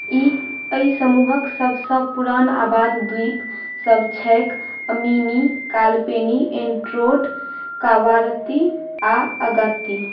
एहि समूहक सबसँ पुरान आबाद द्वीप सब छैक अमीनी कालपेनी एन्ड्रोट कावारत्ती आ अगात्ती